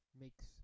makes